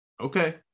okay